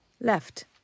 left